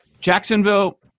Jacksonville